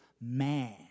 man